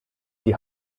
die